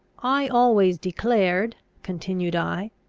i always declared, continued i,